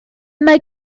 mae